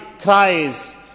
cries